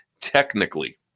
technically